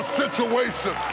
situation